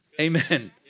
Amen